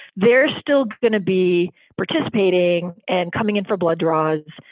they're still going to be participating and coming in for blood draws.